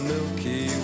Milky